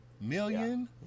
million